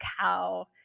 cow